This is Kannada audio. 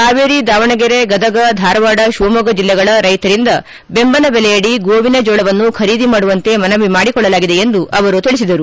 ಹಾವೇರಿ ದಾವಣಗೆರೆ ಗದಗ ಧಾರವಾಡ ಶಿವಮೊಗ್ಗ ಜಿಲ್ಲೆಗಳ ರೈತರಿಂದ ಬೆಂಬಲ ಬೆಲೆಯಡಿ ಗೋವಿನ ಜೋಳವನ್ನು ಖರೀದಿ ಮಾಡುವಂತೆ ಮನವಿ ಮಾಡಿಕೊಳ್ಳಲಾಗಿದೆ ಎಂದು ಅವರು ಹೇಳಿದರು